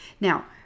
Now